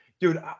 Dude